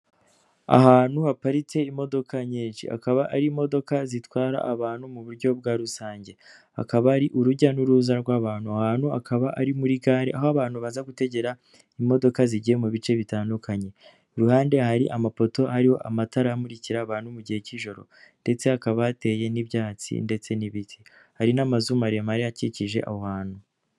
Ahantu haparitse imodoka nyinshi akaba ari imodoka zitwara abantu mu buryo bwa rusange, hakaba ari urujya n'uruza rw'abantu ahantu akaba ari muri gare aho abantu baza gutegera imodoka zigiye mu bice bitandukanye iruhande hari amapoto ariho amatara amurikira abantu mu gihe cy'ijoro ndetse hakaba hateye n'ibyatsi ndetse n'ibiti. hari n'amazu maremare akikije aho hantu.